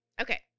Okay